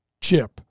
chip